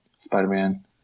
Spider-Man